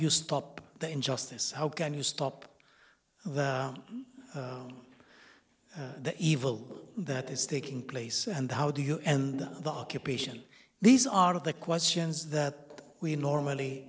you stop the injustice how can you stop the evil that is taking place and how do you end the occupation these are of the questions that we normally